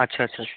আচ্ছা আচ্ছা